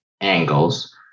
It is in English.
angles